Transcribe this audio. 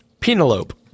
Penelope